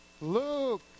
Luke